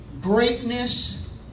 greatness